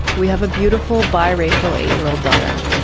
we have a beautiful biracial eight year old daughter.